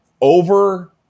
over